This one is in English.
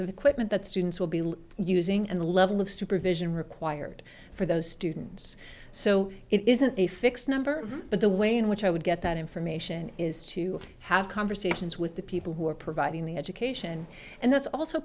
of equipment that students will be using and the level of supervision required for those students so it isn't a fixed number but the way in which i would get that information is to have conversations with the people who are providing the education and that's also